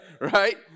right